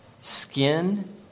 skin